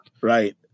right